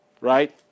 right